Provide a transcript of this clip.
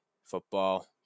football